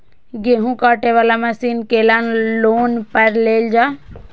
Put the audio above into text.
गेहूँ काटे वाला मशीन केना लोन पर लेल जाय?